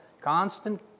constant